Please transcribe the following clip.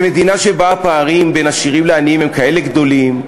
ומדינה שבה הפערים בין עשירים לעניים הם כאלה גדולים,